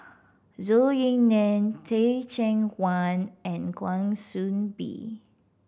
Zhou Ying Nan Teh Cheang Wan and Kwa Soon Bee